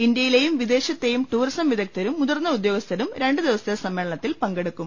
ഇന്തൃയിലെയും വിദേശത്തെയും ടൂറിസം വിദഗ്ദ്ധരും മുതിർന്ന ഉദ്യോഗസ്ഥരും രണ്ടു ദിവസത്തെ സമ്മേളന ത്തിൽ പങ്കെടുക്കും